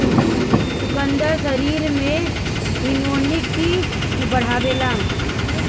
चुकंदर शरीर में इमुनिटी बढ़ावेला